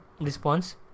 response